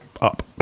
Up